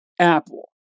apple